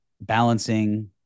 balancing